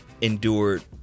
endured